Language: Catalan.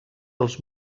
els